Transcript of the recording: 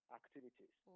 activities